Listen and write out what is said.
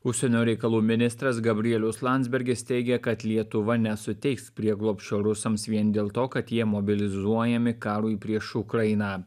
užsienio reikalų ministras gabrielius landsbergis teigė kad lietuva nesuteiks prieglobsčio rusams vien dėl to kad jie mobilizuojami karui prieš ukrainą